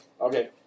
Okay